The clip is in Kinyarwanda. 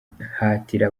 guhatira